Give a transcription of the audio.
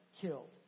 killed